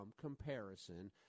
comparison